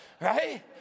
right